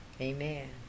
Amen